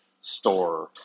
store